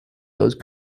those